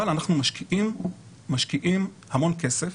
אבל אנחנו משקיעים המון כסף,